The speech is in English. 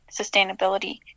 sustainability